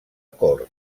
cort